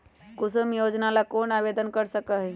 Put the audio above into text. कुसुम योजना ला कौन आवेदन कर सका हई?